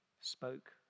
spoke